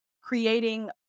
creating